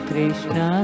Krishna